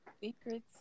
Secrets